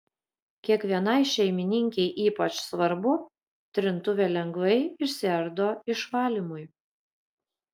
kiekvienai šeimininkei ypač svarbu trintuvė lengvai išsiardo išvalymui